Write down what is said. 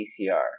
PCR